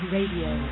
Radio